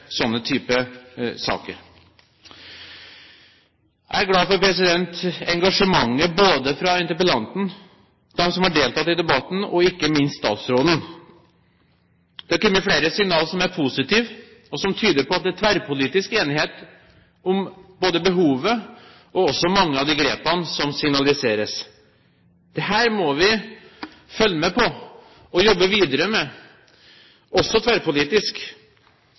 saker. Jeg er glad for engasjementet både fra interpellanten og dem som har deltatt i debatten, ikke minst fra statsråden. Det har kommet flere signaler som er positive, og som tyder på at det er tverrpolitisk enighet om både behovet og mange av de grepene som signaliseres. Dette må vi følge med på og jobbe videre med, også tverrpolitisk.